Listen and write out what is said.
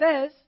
says